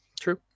True